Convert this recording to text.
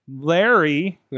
Larry